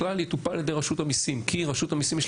בכלל יטופל ברשות המיסים כי רשות המיסים,